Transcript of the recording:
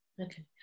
Okay